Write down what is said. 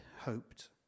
hoped